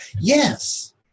Yes